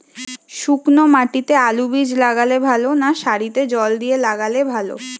শুক্নো মাটিতে আলুবীজ লাগালে ভালো না সারিতে জল দিয়ে লাগালে ভালো?